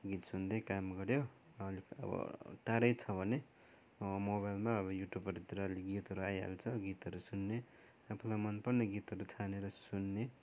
गीत सुन्दै काम गर्यो अलिक अब टाढै छ भने मोबाइलमा अब युट्युबहरूतिर अहिले गीतहरू आइहाल्छ गीतहरू सुन्ने आफुलाई मनपर्ने गीतहरू छानेर सुन्ने